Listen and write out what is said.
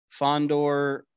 Fondor